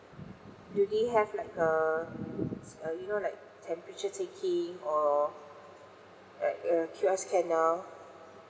do they have like a a you know like temperature taking or like a Q_R scanner